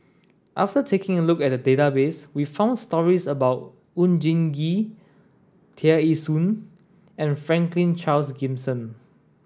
after taking a look at the database we found stories about Oon Jin Gee Tear Ee Soon and Franklin Charles Gimson